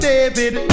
David